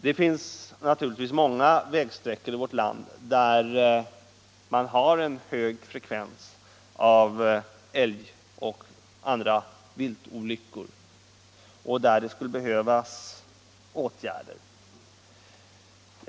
Det finns givetvis många vägsträckor i vårt land där man har en hög frekvens av älgoch andra viltolyckor och där det skulle behövas åtgärder.